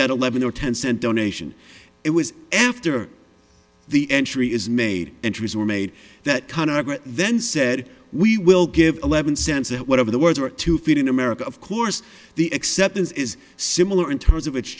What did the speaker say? that eleven or ten cent donation it was after the entry is made entries were made that kind of then said we will give eleven cents whatever the words were to fit in america of course the acceptance is similar in terms of its